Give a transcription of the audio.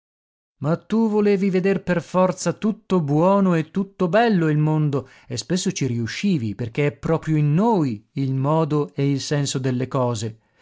ma tu volevi veder per forza tutto buono e tutto bello il mondo e spesso ci riuscivi perché è proprio in noi il modo e il senso delle cose